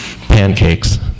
Pancakes